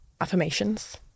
affirmations